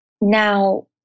Now